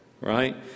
right